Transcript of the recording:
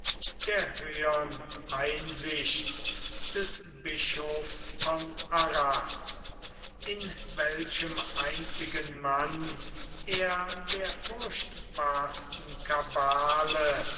der höhern einsicht des bischofs von arras in welchem einzigen manne er der furchtbarsten kabale